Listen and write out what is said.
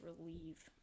relieve